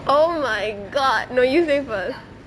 oh my god no you say first